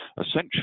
Essentially